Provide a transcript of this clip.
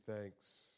thanks